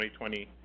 2020